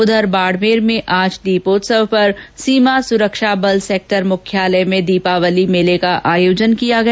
उधर बाड़मेर में आज दीपोत्सव पर सीमा सुरक्षा बल सैक्टर मुख्यालय में दिवाली मेले का आयोजन किया गया